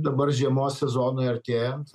dabar žiemos sezonui artėjant